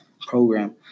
program